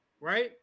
right